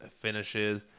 finishes